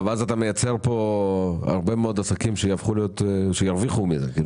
אז אתה מייצר כאן הרבה מאוד עסקים שירוויחו מזה.